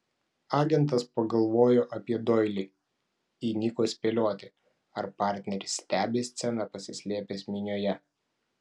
agentas pagalvojo apie doilį įniko spėlioti ar partneris stebi sceną pasislėpęs minioje